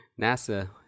NASA